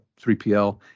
3PL